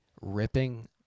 ripping